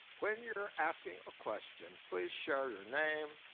when you're asking a question, please share your name,